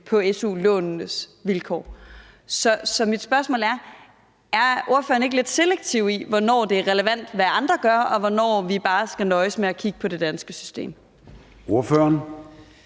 på su-lånenes vilkår. Så mit spørgsmål er: Er ordføreren ikke lidt selektiv, i forhold til hvornår det er relevant, hvad andre gør, og hvornår vi bare skal nøjes med at kigge på det danske system? Kl.